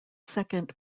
second